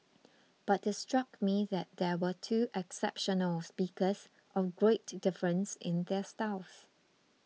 but it struck me that here were two exceptional speakers of great difference in their styles